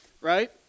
right